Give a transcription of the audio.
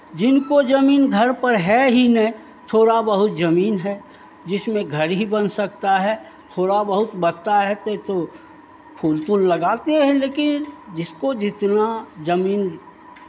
जिनको जमीन घर पर है ही नहीं थोड़ा बहुत जमीन है जिसमें घर ही बन सकता है थोड़ा बहुत बचता है तो तो फूल तूल लगाते हैं लेकिन जिसको जितना जमीन